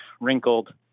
wrinkled